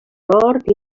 nord